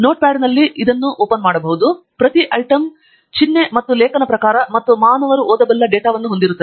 note ಪ್ಯಾಡ್ನಲ್ಲಿ ಇದನ್ನು ಬಯಸುತ್ತೀರಿ ಪ್ರತಿ ಐಟಂ ಚಿಹ್ನೆ ಮತ್ತು ಲೇಖನ ಪ್ರಕಾರ ಮತ್ತು ಮಾನವ ಓದಬಲ್ಲ ಡೇಟಾವನ್ನು ಹೊಂದಿರುತ್ತದೆ